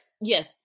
Yes